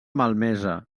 malmesa